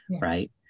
right